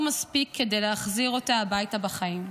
מספיק כדי להחזיר אותה הביתה בחיים.